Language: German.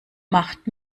macht